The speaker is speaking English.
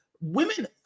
women –